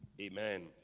amen